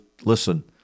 Listen